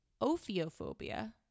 ophiophobia